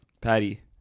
Patty